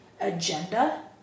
agenda